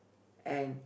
and